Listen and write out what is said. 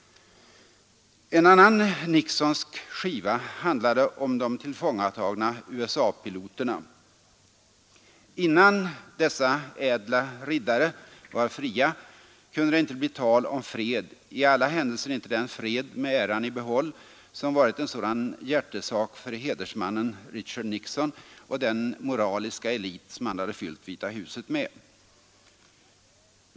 En annan Nixonsk skiva handlade om de tillfångatagna USA-piloterna. Innan dessa ädla riddare var fria kunde det inte bli tal om fred, i alla händelser inte den fred med äran i behåll som varit en sådan hjärtesak för hedersmannen Richard Nixon och den moraliska elit som han hade fyllt Vita huset med.